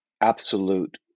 absolute